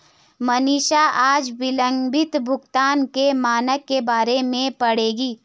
मनीषा आज विलंबित भुगतान के मानक के बारे में पढ़ेगी